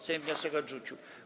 Sejm wniosek odrzucił.